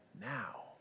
now